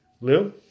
Lou